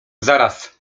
zaraz